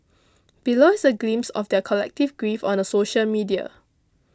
below is a glimpse of their collective grief on the social media